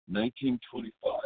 1925